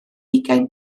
ugain